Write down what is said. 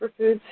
Superfoods